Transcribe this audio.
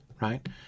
Right